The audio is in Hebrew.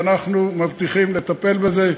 ואנחנו מבטיחים לטפל בזה.